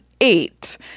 eight